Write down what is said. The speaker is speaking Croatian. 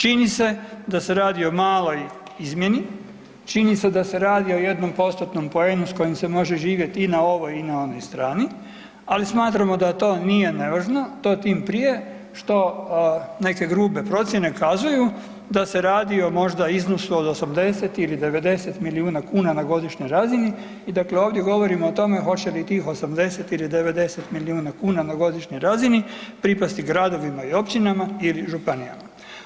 Čini se da se radi o maloj izmjeni, čini se da se radi o jednom postotnom poenu s kojim se može živjeti i na ovoj i na onoj strani, ali smatramo da to nije nevažno, to tim prije što neke grube procjene kazuju da se radi možda o iznosu od 80 ili 90 milijuna kuna na godišnjoj razini i dakle ovdje govorimo o tome hoće li tih 80 ili 90 milijuna kuna na godišnjoj razini pripasti gradovima i općinama ili županijama.